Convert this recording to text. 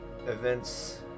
events